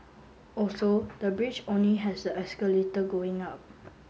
also the bridge only has the escalator going up